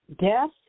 death